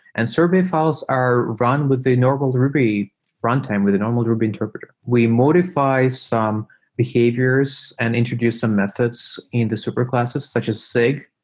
and sorbet fi les are run with a normal ruby frontend, with a normal ruby interpreter. we modifi ed some behaviors and introduced some methods into super classes such as sig.